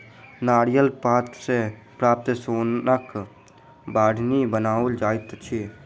नारियलक पात सॅ प्राप्त सोनक बाढ़नि बनाओल जाइत अछि